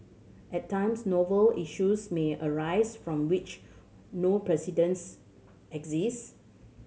at times novel issues may arise from which no precedents exist